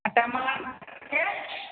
आओर टमाटरके